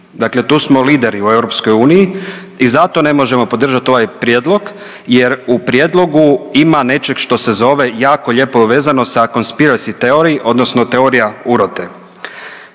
Dakle, tu smo lideri u EU i zato ne možemo podržati ovaj prijedlog jer u prijedlogu ima nečeg što se zove jako lijepo vezano sa conspiracy teoriji odnosno teorija urote.